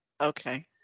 Okay